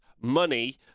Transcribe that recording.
money